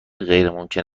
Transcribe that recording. غیرممکن